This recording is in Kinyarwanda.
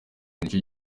nicyo